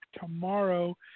tomorrow